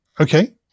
Okay